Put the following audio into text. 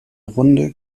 runde